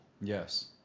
Yes